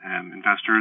investors